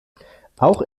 auch